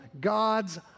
God's